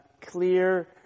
clear